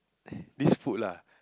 this food lah